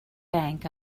bank